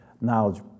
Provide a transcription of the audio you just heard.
knowledge